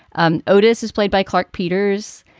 um otis is played by clark peters.